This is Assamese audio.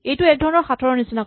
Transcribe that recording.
এইটো এক ধৰণৰ সাঁথৰৰ নিচিনা